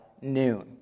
noon